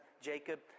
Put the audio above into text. Jacob